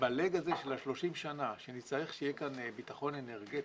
ב-30 השנים בהן נצטרך שיהיה כאן ביטחון אנרגטי,